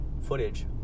footage